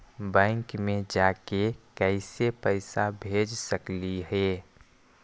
Bank मे जाके कैसे पैसा भेज सकली हे?